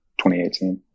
2018